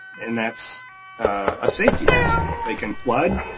and that's a safety hazard. they can flood.